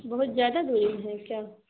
بہت زیادہ دوری میں ہیں کیا